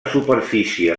superfície